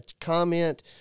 comment